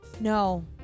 No